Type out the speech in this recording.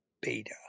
beta